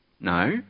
no